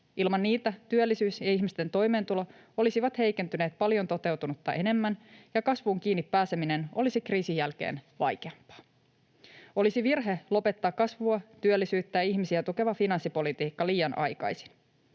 Ilman niitä työllisyys ja ihmisten toimeentulo olisivat heikentyneet paljon toteutunutta enemmän ja kasvuun kiinni pääseminen olisi kriisin jälkeen vaikeampaa. Olisi virhe lopettaa kasvua, työllisyyttä ja ihmisiä tukeva finanssipolitiikka liian aikaisin.